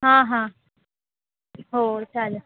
हां हां हो चालेल